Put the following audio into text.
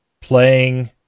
playing